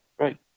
right